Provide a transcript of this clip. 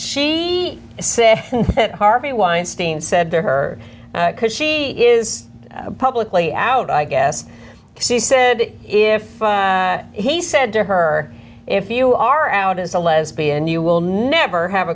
weinstein said to her because she is publicly out i guess she said if he said to her if you are out as a lesbian you will never have